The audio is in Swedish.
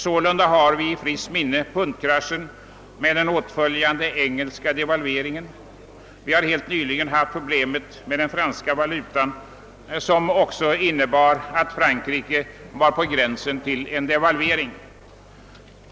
Sålunda har vi i friskt minne pundkrisen med den åtföljande engelska devalveringen, och vi har helt nyligen haft problemet med den franska valutan som innebar att Frankrike var på gränsen till en devalvering.